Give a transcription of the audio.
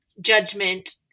judgment